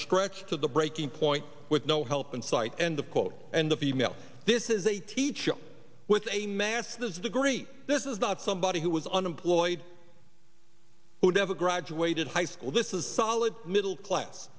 stretched to the breaking point with no help in sight end of quote and the female this is a teacher with a master's degree this is not somebody who was unemployed who have a graduated high school this is solid middle class